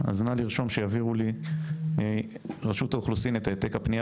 אז נא לרשום שיעבירו לי רשות האוכלוסין את העתק הפנייה